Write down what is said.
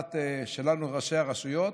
מהמבט שלנו, ראשי הרשויות,